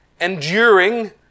enduring